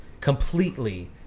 completely